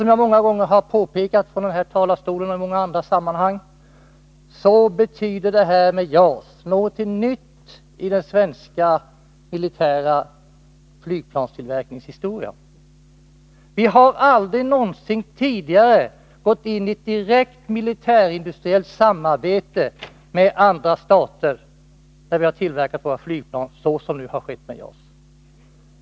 Som jag många gånger har påpekat från denna talarstol och i andra sammanhang betyder detta med JAS någonting nytt i den svenska militära flygplanstillverkningens historia. Vi har aldrig någonsin tidigare gått in i ett direkt militärindustriellt samarbete med andra stater när vi har tillverkat våra flygplan såsom nu har skett med JAS.